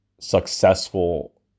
successful